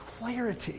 clarity